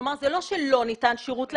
כלומר, זה לא שלא ניתן שירות לאזרח.